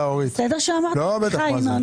"הון מניות"